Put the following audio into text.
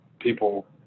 people